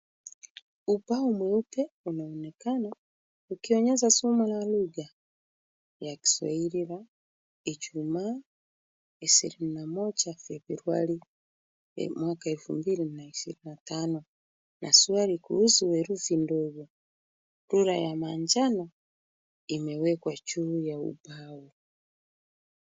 Ubao mweupe unaonekana ukionyesha somo la lugha ya kiswahili la Ijumaa ishirini na moja Februari mwaka wa elfu mbili na ishirini na tano na swali kuhusu herufi ndogo. Rula ya manjano imewekwa juu ya ubao.